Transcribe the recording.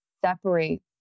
separate